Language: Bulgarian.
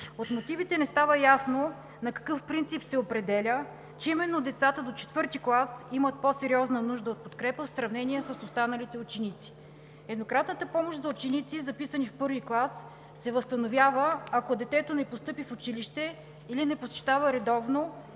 От мотивите не става ясно на какъв принцип ще се определя, че именно децата до IV клас имат по-сериозна нужда от подкрепа в сравнение с останалите ученици. Еднократната помощ за ученици, записани в I клас, се възстановява, ако детето не постъпи в училище или не посещава редовно